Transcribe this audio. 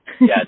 yes